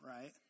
right